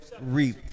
reap